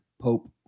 Pope